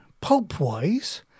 pulp-wise